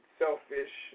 selfish